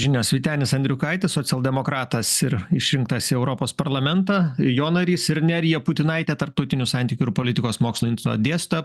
žinios vytenis andriukaitis socialdemokratas ir išrinktas į europos parlamentą jo narys ir nerija putinaitė tarptautinių santykių ir politikos mokslų instituto dėstytoja